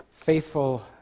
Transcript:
faithful